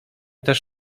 też